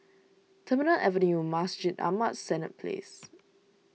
Terminal Avenue Masjid Ahmad Senett Place